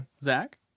Zach